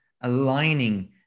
aligning